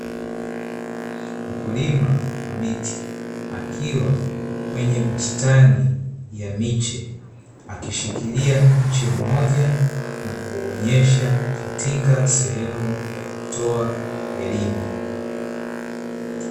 Mkulima wa miti akiwa kwenye bustani ya miche akishikilia mche mmoja, nakuuonyesha katika sehemu ya kutoa elimu.